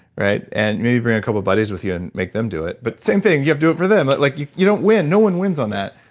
right and maybe bring a couple of buddies with you and make them do it but same thing you have to do it for them, but like you you don't win, no one wins on that.